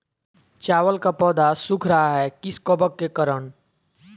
चावल का पौधा सुख रहा है किस कबक के करण?